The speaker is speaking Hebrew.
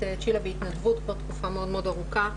צ'ילה בהתנדבות כבר תקופה מאוד מאוד ארוכה.